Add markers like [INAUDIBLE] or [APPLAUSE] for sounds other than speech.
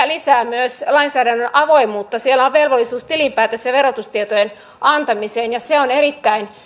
[UNINTELLIGIBLE] lisää myös lainsäädännön avoimuutta siellä on velvollisuus tilinpäätös ja verotustietojen antamiseen ja se on erittäin